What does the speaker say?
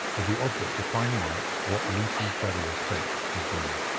with the object of finding out what lucy ferrier's fate had been.